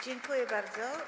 Dziękuję bardzo.